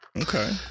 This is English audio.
okay